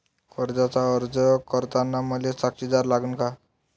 कर्जाचा अर्ज करताना मले साक्षीदार लागन का?